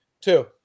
two